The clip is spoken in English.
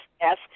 yes